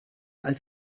als